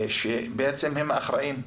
שבעצם הם האחראים,